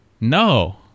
No